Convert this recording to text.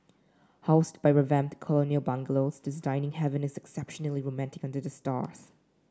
housed by revamped colonial bungalows this dining haven is exceptionally romantic under the stars